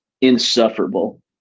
insufferable